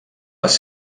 les